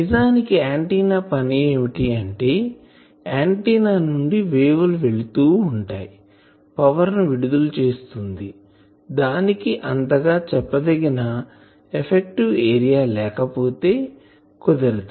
నిజానికి ఆంటిన్నా పని ఏమిటి అంటే ఆంటిన్నా నుండి వేవ్ లు వెళ్తూ ఉంటాయిపవర్ ని విడుదల చేస్తుంది దానికి అంతగా చెప్పదగిన ఎఫెక్టివ్ ఏరియా లేకపోతే కుదరదు